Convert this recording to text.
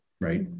right